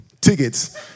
tickets